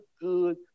good